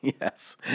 yes